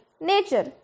nature